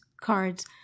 cards